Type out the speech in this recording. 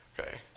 Okay